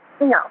No